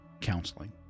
counseling